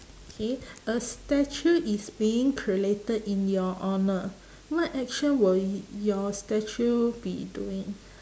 okay a statue is being created in your honour what action will y~ your statue be doing